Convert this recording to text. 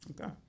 Okay